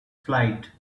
flight